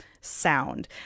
sound